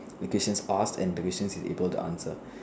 the questions asked and the questions you able to answer